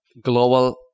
global